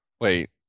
Wait